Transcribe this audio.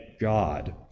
God